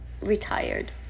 Retired